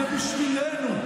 זה בשבילנו,